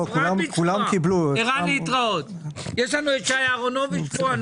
ערן, להתראות, יש לנו את שי אהרונוביץ פה.